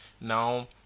now